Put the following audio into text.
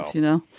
you know.